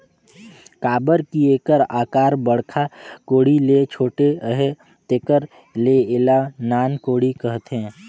काबर कि एकर अकार बड़खा कोड़ी ले छोटे अहे तेकर ले एला नान कोड़ी कहथे